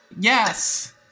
Yes